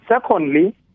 Secondly